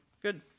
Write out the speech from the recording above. Good